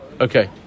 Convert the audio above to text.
Okay